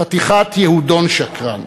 חתיכת יהודון שקרן,